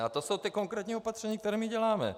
A to jsou ta konkrétní opatření, která my děláme.